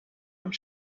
und